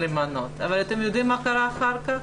למנות, אבל אתם יודעים מה קרה אחר כך?